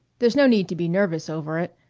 there's no need to be nervous over it.